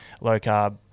low-carb